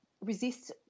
resist